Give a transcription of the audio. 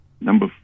Number